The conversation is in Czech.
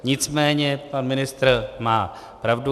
Nicméně pan ministr má pravdu.